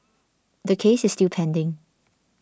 the case is still pending